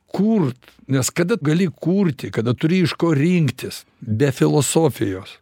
kurt nes kada gali kurti kada turi iš ko rinktis be filosofijos